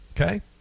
Okay